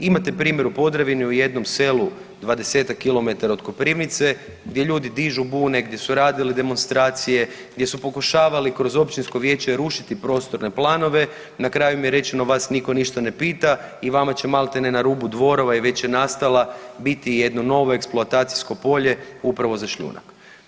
Imate primjer u Podravini u jednom selu 20-tak kilometara od Koprivnice gdje ljudi dižu bune, gdje su radili demonstracije, gdje su pokušavali kroz općinsko vijeće rušiti prostorne planove, na kraju im je rečeno vas nitko ništa ne pita i vama će maltene na rubu dvorova i već je nastala biti jedno novo eksploatacijsko polje upravo za šljunak.